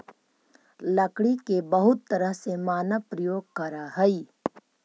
लकड़ी के बहुत तरह से मानव प्रयोग करऽ हइ